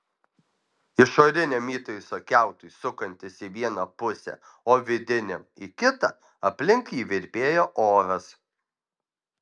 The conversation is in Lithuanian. išoriniam įtaiso kiautui sukantis į vieną pusę o vidiniam į kitą aplink jį virpėjo oras